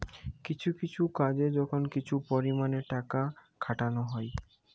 কিছু কাজে যখন কিছু পরিমাণে টাকা খাটানা হয়